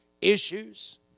issues